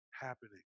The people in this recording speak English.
happening